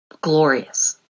glorious